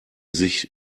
sich